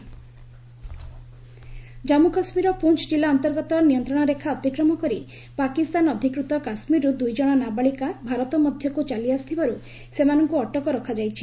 LOC crossed ଜାନ୍ପୁ କାଶ୍ମୀରର ପୁଞ୍ଚ ଜିଲ୍ଲା ଅନ୍ତର୍ଗତ ନିୟନ୍ତ୍ରଣ ରେଖା ଅତିକ୍ରମ କରି ପାକିସ୍ତାନ ଅଧିକୃତ କାଶ୍ମୀରରୁ ଦୁଇ ଜଣ ନାବାଳିକା ଭାରତ ମଧ୍ୟକୁ ଚାଲି ଆସିଥିବାରୁ ସେମାନଙ୍କୁ ଅଟକ ରଖାଯାଇଛି